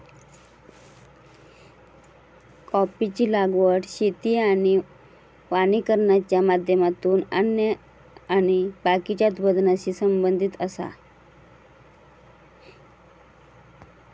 कॉफीची लागवड शेती आणि वानिकरणाच्या माध्यमातून अन्न आणि बाकीच्या उत्पादनाशी संबंधित आसा